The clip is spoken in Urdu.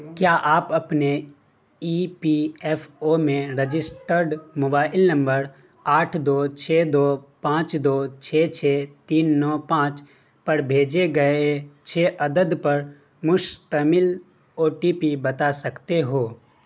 کیا آپ اپنے ای پی ایف او میں رجسٹرڈ موبائل نمبر آٹھ دو چھ دو پانچ دو چھ چھ تین نو پانچ پر بھیجے گئے چھ عدد پر مشتمل او ٹی پی بتا سکتے ہو